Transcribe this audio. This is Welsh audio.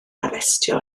arestio